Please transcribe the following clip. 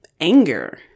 anger